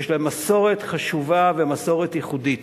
יש להם מסורת חשובה ומסורת ייחודית.